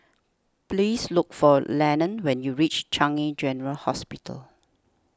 please look for Lennon when you reach Changi General Hospital